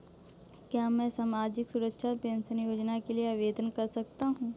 क्या मैं सामाजिक सुरक्षा पेंशन योजना के लिए आवेदन कर सकता हूँ?